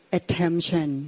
attention